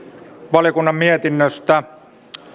valiokunnan mietinnöstä